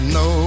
no